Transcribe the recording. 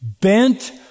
bent